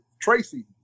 Tracy